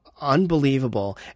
unbelievable